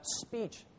speech